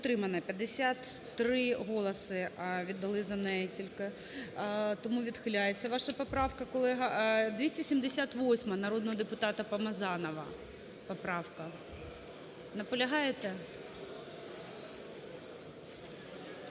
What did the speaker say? підтримана. 53 голоси віддали за неї тільки. Тому відхиляється ваша поправка, колега. 278-а народного депутата Помазанова поправка. Наполягаєте?